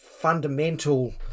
fundamental